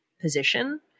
position